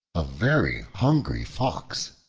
a very hungry fox,